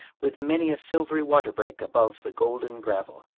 with many a silvery water-break above the golden gravel,